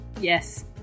Yes